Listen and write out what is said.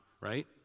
right